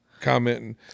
commenting